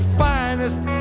finest